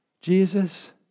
Jesus